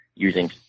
using